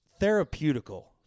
therapeutical